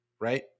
right